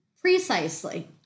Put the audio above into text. Precisely